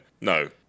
no